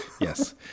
Yes